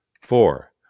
Four